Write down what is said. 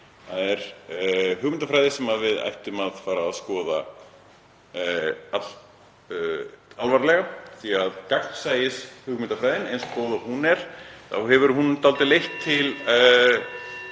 Það er hugmyndafræði sem við ættum að fara að skoða allalvarlega því að gagnsæishugmyndafræðin, eins góð og hún er, hefur leitt til